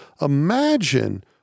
Imagine –